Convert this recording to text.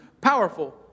powerful